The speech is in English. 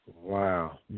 Wow